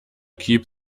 keep